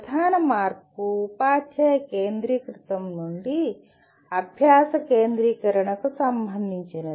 ప్రధాన మార్పు ఉపాధ్యాయ కేంద్రీకృతం నుండి అభ్యాస కేంద్రీకరణకు సంబంధించినది